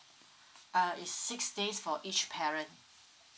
uh it's six days for each parent